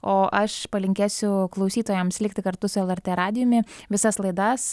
o aš palinkėsiu klausytojams likti kartu su lrt radijumi visas laidas